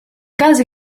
cas